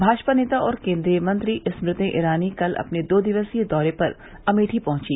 भाजपा नेता और केन्द्रीय मंत्री स्मृति ईरानी कल अपने दो दिवसीय दौरे पर अमेठी पहुंची